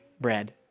bread